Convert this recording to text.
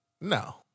No